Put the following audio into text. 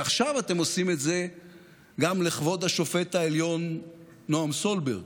ועכשיו אתם עושים את זה גם לכבוד השופט העליון נועם סולברג.